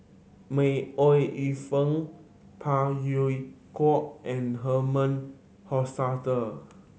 May Ooi Yu Fen Phey Yew Kok and Herman Hochstadt